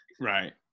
Right